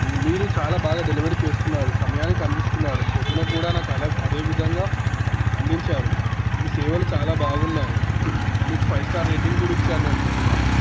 మీరు చాలా బాగా డెలివరీ చేస్తున్నారు సమయానికి అందిస్తున్నారు పొద్దున్న కూడా నాకు అలా అదే విధంగా అందించారు మీ సేవలు చాలా బాగున్నాయి మీకు ఫైవ్ స్టార్ రేటింగ్ కూడా ఇచ్చాను నేను పొద్దున్న